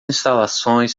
instalações